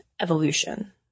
evolution